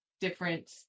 different